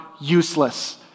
useless